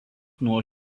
nuo